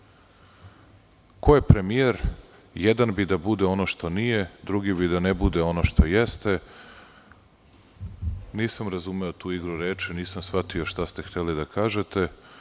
Što se tiče pitanja ko je premijer, jedan bi da bude ono što nije, a drugi da ne bude ono što jeste, nisam razumeo tu igru reči, nisam shvatio šta ste hteli da kažete.